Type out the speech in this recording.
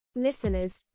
Listeners